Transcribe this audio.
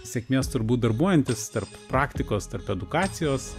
sėkmės turbūt darbuojantis tarp praktikos tarp edukacijos